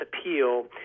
appeal